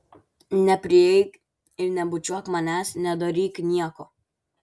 neprieik ir nebučiuok manęs nedaryk nieko